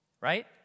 Right